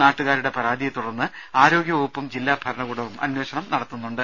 നാട്ടുകാരുടെ പരാതിയെ തുടർന്ന് ആരോഗ്യ വകുപ്പും ജില്ലാ ഭരണകൂടവും അന്വേഷണം നടത്തുന്നുണ്ട്